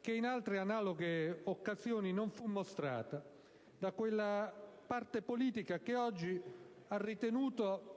che in altre analoghe occasioni non fu mostrata da quella parte politica che oggi ha ritenuto